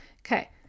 Okay